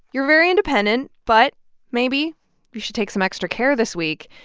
you're very independent, but maybe you should take some extra care this week.